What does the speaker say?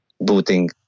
booting